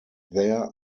there